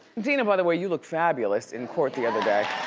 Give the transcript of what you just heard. dina, by the way, you looked fabulous in court the other day.